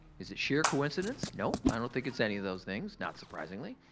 is it sheer coincidence? no, i don't think it's any of those things, not surprisingly.